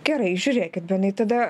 gerai žiūrėkit benai tada